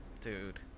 Dude